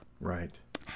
Right